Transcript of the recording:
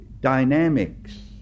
dynamics